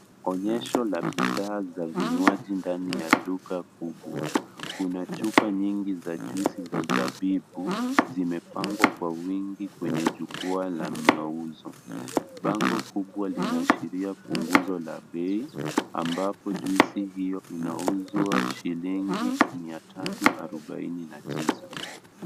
Onyesha la bidhaa za vinywaji ndani ya duka kubwa, kuna chupa nyingi za juzi za sabibu zimepangwa kwa wingi kwenye jukua la mauzo. Bango kubwa linaasheria punguzo la pei ambapo juizi hio inauzwa shilingi mia tatu arubaini na tisa.